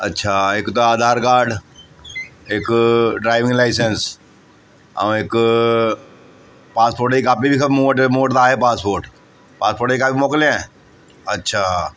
अच्छा हिकु त आधार काड हिक ड्राइविंग लाइसेंस ऐं हिकु पासपोट जी कापी बि खपे मूं वटि मूं वटि त आहे पासपोट पासपोट जी कापी मोकिलाए अच्छा